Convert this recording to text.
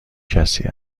کسی